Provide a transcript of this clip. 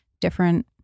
different